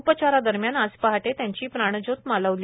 उपचारादरम्यान आज पहाटे त्यांची प्राणज्योत मालवली